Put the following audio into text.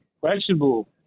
questionable